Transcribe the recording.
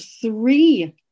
three